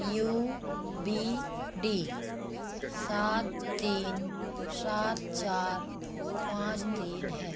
you B D सात तीन सात चार पाँच तीन है